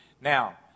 Now